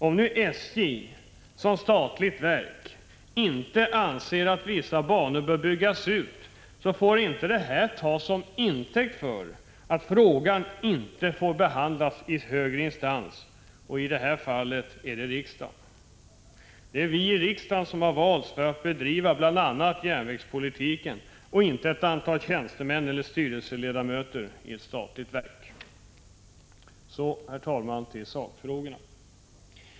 Om SJ som statligt verk inte anser att vissa banor bör byggas ut får inte det tas som intäkt för att frågan inte får behandlas i högre instans, i detta fall riksdagen. Det är vi i riksdagen som valts för att bedriva bl.a. järnvägspolitiken och inte ett antal tjänstemän eller styrelseledamöter i ett statligt verk. Så, herr talman, till sakfrågorna.